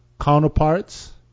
counterparts